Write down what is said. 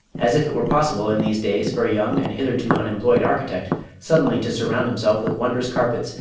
as if it were possible in these days for a young and hitherto unemployed architect suddenly to surround himself with wondrous carpets,